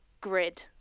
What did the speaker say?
grid